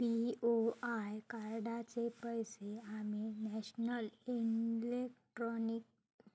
BOI कार्डाचे पैसे आम्ही नेशनल इलेक्ट्रॉनिक